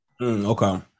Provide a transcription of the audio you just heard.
Okay